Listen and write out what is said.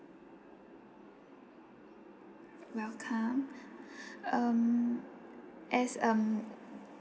welcome um as um